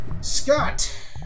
Scott